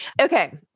Okay